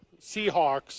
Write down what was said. Seahawks